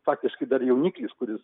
faktiškai dar jauniklis kuris